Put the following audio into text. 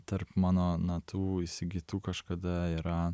tarp mano natų įsigytų kažkada yra